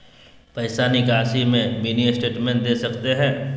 पैसा निकासी में मिनी स्टेटमेंट दे सकते हैं?